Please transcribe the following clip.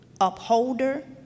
upholder